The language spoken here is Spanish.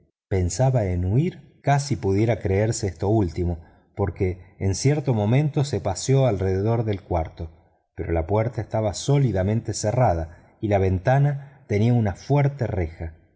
pensaba en huir casi pudiera creerse esto último porque en cierto momento se paseó alrededor del cuarto pero la puerta estaba sólidamente cerrada y la ventana tenía una fuerte reja